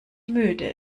müde